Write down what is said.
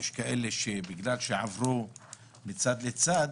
יש כאלה שבגלל שעברו מצד לצד